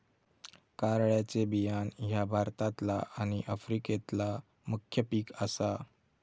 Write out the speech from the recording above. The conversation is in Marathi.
कारळ्याचे बियाणा ह्या भारतातला आणि आफ्रिकेतला मुख्य पिक आसा